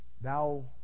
Thou